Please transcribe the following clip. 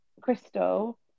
Crystal